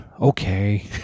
Okay